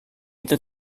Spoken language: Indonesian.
itu